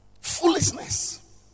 foolishness